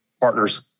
partners